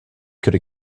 could